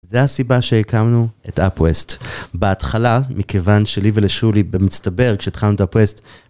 זה הסיבה שהקמנו את UPWEST בהתחלה מכיוון שלי ולשולי במצטבר כשהתחלנו את UPWEST